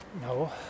No